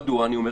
מדוע אני אומר?